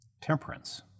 temperance